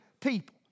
people